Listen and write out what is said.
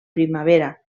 primavera